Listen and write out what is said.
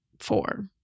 four